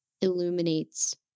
illuminates